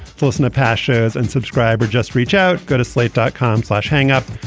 listener pashas and subscribe or just reach out, go to slate dot com, flesh hang up.